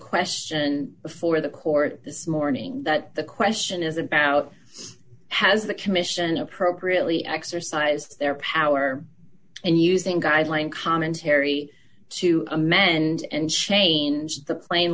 question before the court this morning that the question is about has the commission appropriately exercised their power and using guideline commentary to amend and change the pla